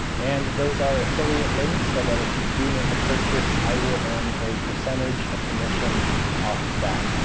and those are affiliate links, so that if you do make a purchase, i will earn a percentage a commission off of that.